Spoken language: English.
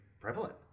prevalent